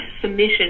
submission